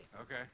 Okay